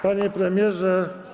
Panie Premierze!